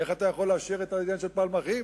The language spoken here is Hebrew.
איך אתה יכול לאשר את העניין של פלמחים?